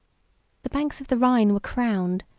the banks of the rhine were crowned,